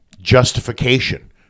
justification